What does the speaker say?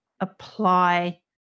apply